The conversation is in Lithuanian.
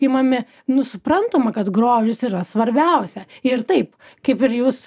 imami nu suprantama kad grožis yra svarbiausia ir taip kaip ir jūs